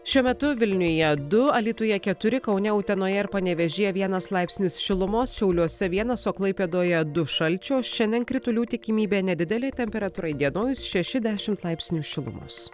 šiuo metu vilniuje du alytuje keturi kaune utenoje ir panevėžyje vienas laipsnis šilumos šiauliuose vienas o klaipėdoje du šalčio šiandien kritulių tikimybė nedidelė temperatūra įdienojus šeši dešimt laipsnių šilumos